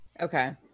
Okay